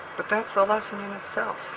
but that's the lesson in itself.